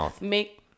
make